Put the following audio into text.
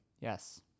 yes